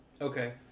Okay